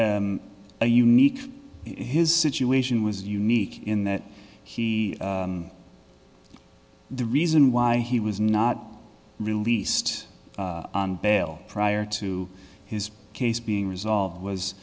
a unique his situation was unique in that he the reason why he was not released on bail prior to his case being resolved was